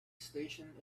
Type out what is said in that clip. station